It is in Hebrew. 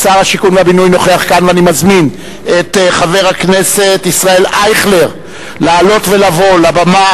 ואני מזמין את חבר הכנסת ישראל אייכלר לעלות ולבוא לבמה